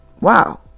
Wow